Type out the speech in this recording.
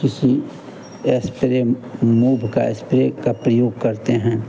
किसी एस्परेन मूव के एस्प्रे का प्रयोग करते हैं